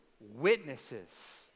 witnesses